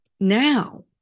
Now